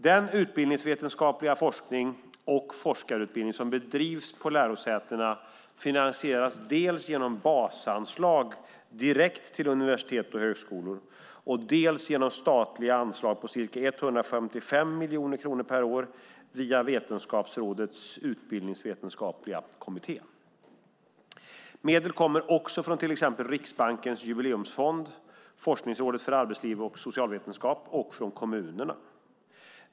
Den utbildningsvetenskapliga forskning och forskarutbildning som bedrivs på lärosätena finansieras dels genom basanslag direkt till universitet och högskolor, dels genom statliga anslag på ca 155 miljoner kronor per år via Vetenskapsrådets utbildningsvetenskapliga kommitté . Medel kommer också från till exempel Riksbankens Jubileumsfond, Forskningsrådet för arbetsliv och socialvetenskap samt från kommunerna.